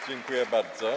Dziękuję bardzo.